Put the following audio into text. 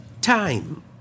Time